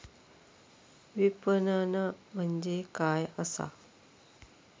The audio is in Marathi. विपणन म्हणजे काय असा?